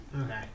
Okay